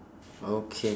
okay